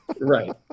Right